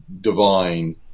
divine